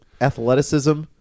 Athleticism